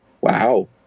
Wow